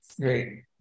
Great